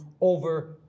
over